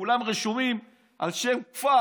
כולם רשומים על שם כפר.